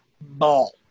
ball